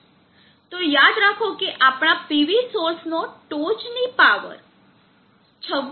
તો યાદ કરો કે આપણા PV સોર્સનો ટોચની પાવર 26